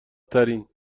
ترین